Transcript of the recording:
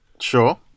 Sure